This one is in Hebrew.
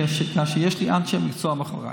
כי יש לי אנשי מקצוע מאחוריי.